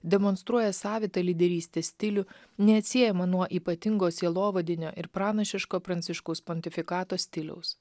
demonstruoja savitą lyderystės stilių neatsiejamą nuo ypatingo sielovadinio ir pranašiško pranciškaus pontifikato stiliaus